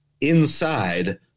inside